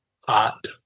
hot